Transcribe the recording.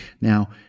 Now